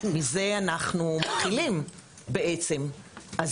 מזה אנחנו בעצם מתחילים.